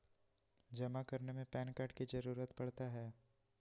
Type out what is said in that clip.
जमा करने में पैन कार्ड की जरूरत पड़ता है?